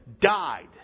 died